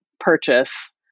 purchase